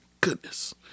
Goodness